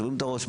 שוברים את הראש,